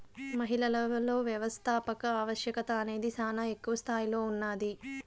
మహిళలలో వ్యవస్థాపకత ఆవశ్యకత అనేది శానా ఎక్కువ స్తాయిలో ఉన్నాది